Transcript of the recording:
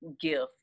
gift